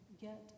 get